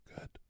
Good